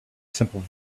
simple